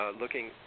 looking